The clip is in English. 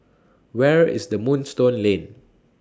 Where IS The Moonstone Lane